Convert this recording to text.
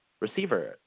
receiver